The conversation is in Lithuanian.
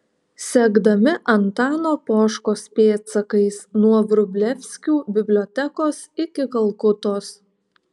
sekdami antano poškos pėdsakais nuo vrublevskių bibliotekos iki kalkutos